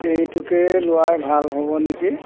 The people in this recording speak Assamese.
এইটোকেই লোৱাই ভাল হ'ব নেকি